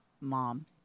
mom